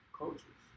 cultures